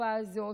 בתקופה הזאת,